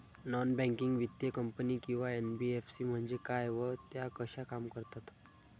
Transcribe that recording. Non banking वित्तीय company किंवा NBFC म्हणजे काय व त्या कशा काम करतात?